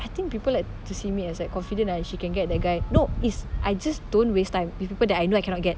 I think people like to see me as like confident like she can get that guy nope is I just don't waste time with people that I know I cannot get